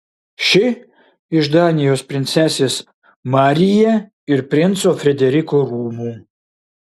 ši iš danijos princesės maryje ir princo frederiko rūmų